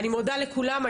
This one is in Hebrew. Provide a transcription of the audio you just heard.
אני מודה לכולם.